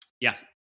Yes